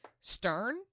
stern